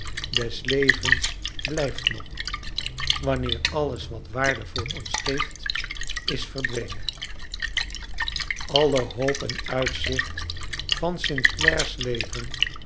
des levens blijft nog wanneer alles wat waarde voor ons geeft is verdwenen alle hoop en uitzicht van st clare's leven